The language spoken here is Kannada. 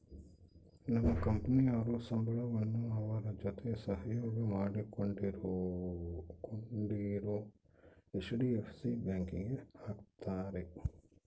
ನನ್ನ ಕಂಪನಿಯವರು ಸಂಬಳವನ್ನ ಅವರ ಜೊತೆ ಸಹಯೋಗ ಮಾಡಿಕೊಂಡಿರೊ ಹೆಚ್.ಡಿ.ಎಫ್.ಸಿ ಬ್ಯಾಂಕಿಗೆ ಹಾಕ್ತಾರೆ